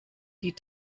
die